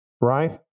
right